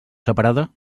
separada